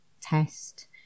test